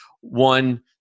one